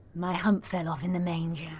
my hump fell off in the manger.